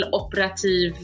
operativ